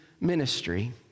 ministry